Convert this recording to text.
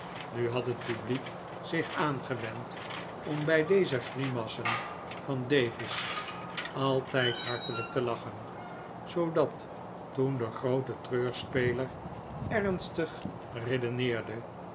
nu had het publiek zich aangewend om bij deze grimassen van davis altijd hartelijk te lachen zoodat toen de groote treurspeler ernstig redeneerde